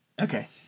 Okay